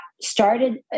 started